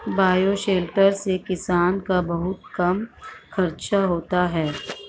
bioshelter से किसान का बहुत कम खर्चा होता है